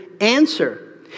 answer